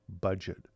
budget